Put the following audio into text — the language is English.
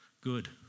good